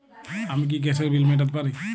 আমি কি গ্যাসের বিল মেটাতে পারি?